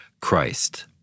Christ